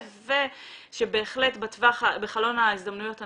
בהחלט בחלון ההזדמנויות הנכון,